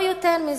לא יותר מזה.